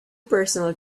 personal